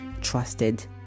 trusted